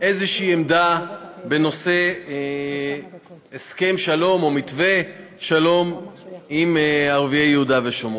איזושהי עמדה בנושא הסכם שלום או מתווה שלום עם ערביי יהודה ושומרון.